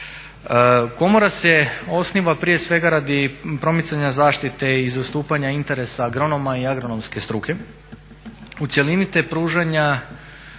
Komora se osniva prije svega radi promicanja zaštite i zastupanja interesa agronoma i agronomske struke u cjelini, te pružanja